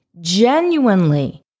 genuinely